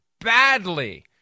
badly